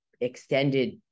extended